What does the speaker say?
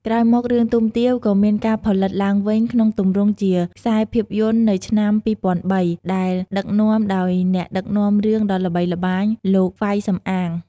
ក្រោយមក រឿងទុំទាវ ក៏មានការផលិតឡើងវិញក្នុងទម្រង់ជាខ្សែភាពយន្តនៅ ឆ្នាំ ២០០៣ ដែលដឹកនាំដោយអ្នកដឹកនាំរឿងដ៏ល្បីល្បាញ លោក ហ្វៃ សំអាង។